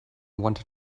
wanted